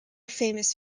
famous